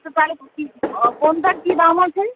আচ্ছা তাহলে কী কোনটার কী দাম আছে